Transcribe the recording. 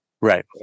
Right